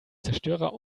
zerstörer